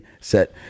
set